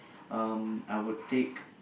um I would take